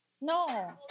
No